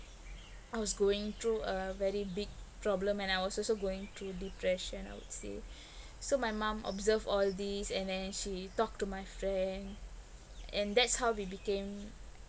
I was going through a very big problem and I was also going through depression I would say so my mum observed all these and then she talk to my friend and that's how we became